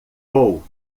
vou